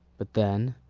but then,